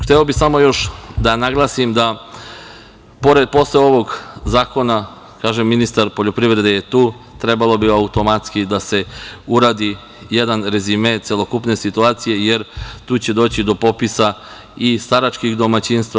Hteo bih samo još da naglasim da posle ovog zakona, kažem, ministar poljoprivrede je tu, trebalo bi automatski da se uradi jedan rezime celokupne situacije, jer tu će doći do popisa i staračkih domaćinstava.